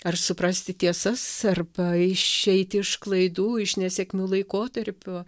ar suprasti tiesas arba išeiti iš klaidų iš nesėkmių laikotarpio